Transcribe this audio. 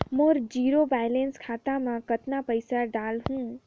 मोर zero balance खाता मे कतना पइसा डाल हूं?